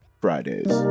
fridays